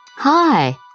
Hi